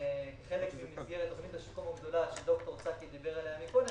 כחלק ממסגרת תוכנית השיקום הגדולה שד"ר צחי זיו-נר דיבר עליה קודם,